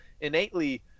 innately